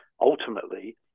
ultimately